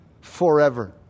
forever